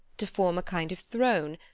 to form a kind of throne,